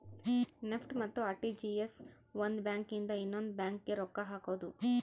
NEFT ಮತ್ತ RTGS ಒಂದ್ bank ಇಂದ ಇನ್ನೊಂದು ಬ್ಯಾಂಕ್ ಗೆ ರೊಕ್ಕ ಹಕೋದು